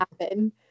happen